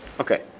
Okay